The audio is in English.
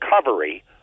recovery